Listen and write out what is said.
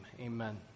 Amen